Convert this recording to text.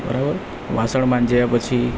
બરોબર વાસણ માંજયા પછી